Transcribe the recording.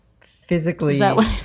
physically